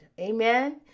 amen